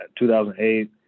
2008